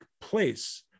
place